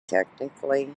technically